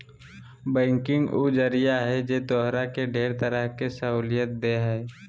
banking उ जरिया है जे तोहरा के ढेर तरह के सहूलियत देह हइ